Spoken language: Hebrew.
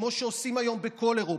כמו שעושים היום בכל אירופה,